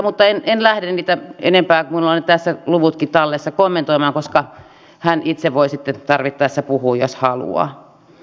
mutta en lähde niitä enempää kommentoimaan kun minulla on tässä luvutkin tallessa koska hän itse voi sitten tarvittaessa puhua jos haluaa